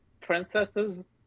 princesses